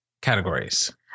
Categories